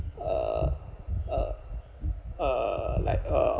uh uh uh like uh